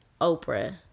Oprah